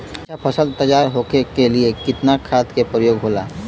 अच्छा फसल तैयार होके के लिए कितना खाद के प्रयोग होला?